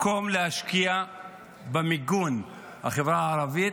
במקום להשקיע במיגון החברה הערבית,